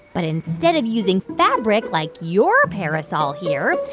but instead of using fabric, like your parasol here,